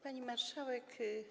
Pani Marszałek!